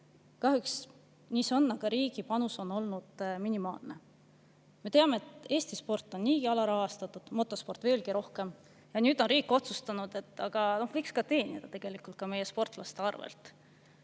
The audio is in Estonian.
Kahjuks nii see on, riigi panus on olnud minimaalne. Me teame, et Eesti sport on niigi alarahastatud, motosport veelgi rohkem. Ja nüüd on riik otsustanud, et tegelikult võiks ka teenida meie sportlaste arvel.